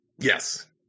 Yes